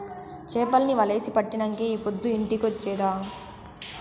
చేపల్ని వలేసి పట్టినంకే ఈ పొద్దు ఇంటికొచ్చేది ఆ